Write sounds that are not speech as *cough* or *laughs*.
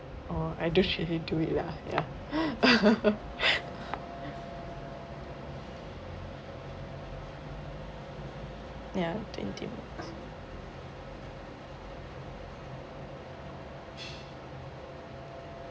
or I don't if he do it lah ya *laughs* ya twenty minutes